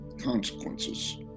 Consequences